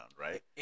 right